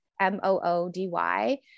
M-O-O-D-Y